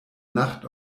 nacht